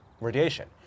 radiation